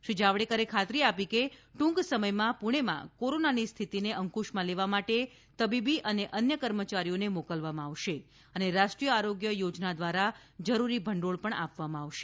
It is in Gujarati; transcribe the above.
શ્રી જાવડેકરે ખાતરી આપી હતી કે ટૂંક સમયમાં પુણેમાં કોરોનાની સ્થિતિને અંકુશમાં લેવા માટે તબીબી અને અન્ય કર્મચારીઓને મોકલવામાં આવશે અને રાષ્ટ્રીય આરોગ્ય યોજના દ્વારા જરૂરી ભંડોળ પણ આપવામાં આવશે